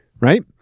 Right